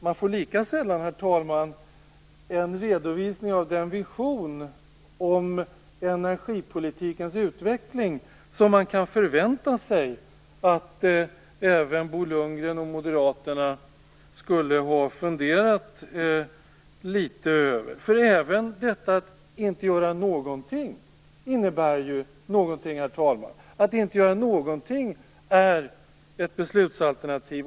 Man får lika sällan, herr talman, en redovisning av den vision om energipolitikens utveckling som man kan förvänta sig att även Bo Lundgren och Moderaterna skulle ha funderat litet över. Även detta att inte göra någonting innebär ju någonting, herr talman. Att inte göra någonting är ett beslutsalternativ.